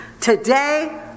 today